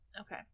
Okay